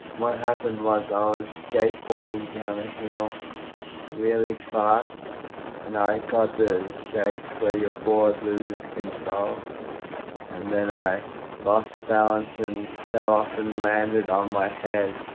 what happened was i was skate boarding down a hill really fast and i got the shakes where your board loses control and then i lost balance and fell off and landed on my head.